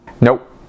Nope